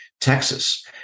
Texas